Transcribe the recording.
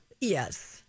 Yes